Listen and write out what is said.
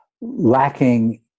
lacking